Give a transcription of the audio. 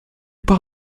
par